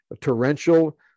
torrential